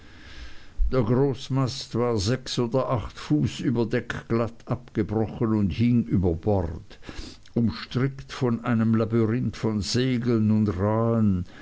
der großmast war sechs oder acht fuß ober deck glatt abgebrochen und hing über bord umstrickt von einem labyrinth von segeln und rahen